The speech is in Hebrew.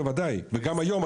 בוודאי וגם היום,